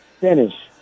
finish